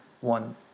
one